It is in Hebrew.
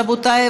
רבותי,